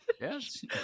Yes